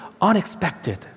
unexpected